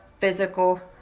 physical